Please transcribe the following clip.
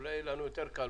אולי יהיה לנו יותר קל